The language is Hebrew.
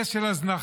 נס של הזנחה?